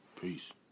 Peace